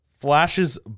flashes